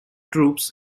troops